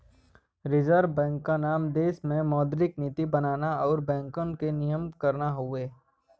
reserve bank क काम देश में मौद्रिक नीति बनाना आउर बैंक के नियमित करना हउवे